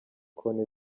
konti